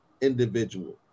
individual